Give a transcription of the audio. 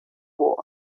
war